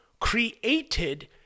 created